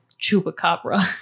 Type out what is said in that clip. chupacabra